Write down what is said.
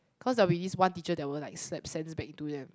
cause there will be this one teacher that will like slap sense into them